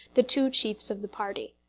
the two chiefs of the party.